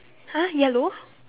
!huh! yellow